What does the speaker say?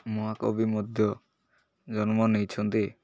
ମହାକବି ମଧ୍ୟ ଜନ୍ମ ନେଇଛନ୍ତି